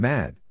Mad